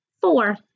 four